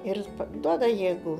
ir duoda jėgų